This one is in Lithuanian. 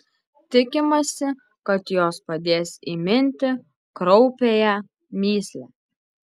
tikimasi kad jos padės įminti kraupiąją mįslę